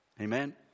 Amen